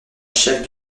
chef